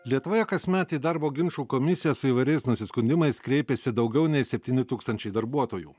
lietuvoje kasmet į darbo ginčų komisiją su įvairiais nusiskundimais kreipiasi daugiau nei septyni tūkstančiai darbuotojų